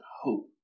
hope